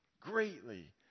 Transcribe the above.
greatly